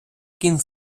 кінь